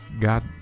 god